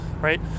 right